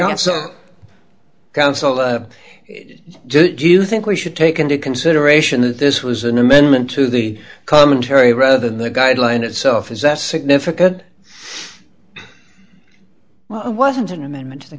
so do you think we should take into consideration that this was an amendment to the commentary rather than the guideline itself is that significant well it wasn't an amendment to the